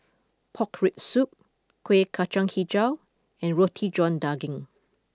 Pork Rib Soup Kuih Kacang HiJau and Roti John Daging